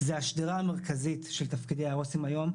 הם השדרה המרכזית של תפקידי העו"סים היום.